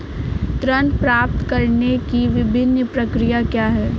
ऋण प्राप्त करने की विभिन्न प्रक्रिया क्या हैं?